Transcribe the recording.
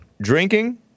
drinking